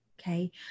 Okay